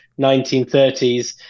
1930s